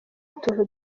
utuntu